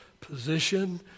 position